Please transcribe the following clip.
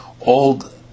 old